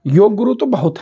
योग गुरु तो बहुत हैं